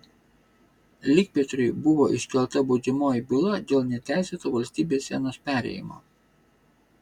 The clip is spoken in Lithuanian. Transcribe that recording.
likpetriui buvo iškelta baudžiamoji byla dėl neteisėto valstybės sienos perėjimo